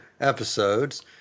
episodes